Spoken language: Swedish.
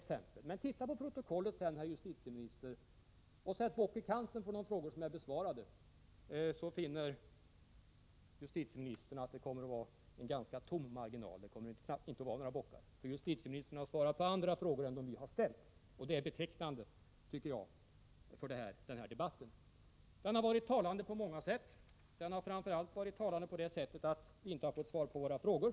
Men, som sagt, titta på protokollet från den här debatten, herr justitieminister, och sätt en bock i kanten för de frågor som är besvarade. Justitieministern kommer då att finna en ganska tom marginal. Det kommer knappast att finnas några bockar, för justitieministern har svarat på andra frågor, inte på dem vi har ställt. Det är, tycker jag, betecknande för den här debatten. Debatten har varit talande på många sätt. Den har framför allt varit talande på det sättet att vi inte har fått svar på våra frågor.